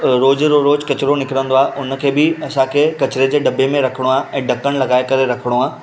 रोज़ जो रोज़ कचिरो निकिरंदो आहे हुनखे बि असांखे कचिरे जे डॿे में रखिणो आहे ऐं ढकनि लॻाए करे रखिणो आहे